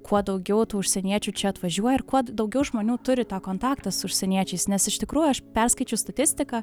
kuo daugiau tų užsieniečių čia atvažiuoja ir kuo daugiau žmonių turi tą kontaktą su užsieniečiais nes iš tikrųjų aš perskaičiau statistiką